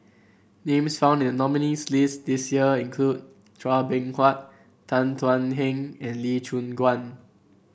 names found in the nominees' list this year include Chua Beng Huat Tan Thuan Heng and Lee Choon Guan